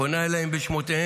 פנתה אליהם בשמותיהם,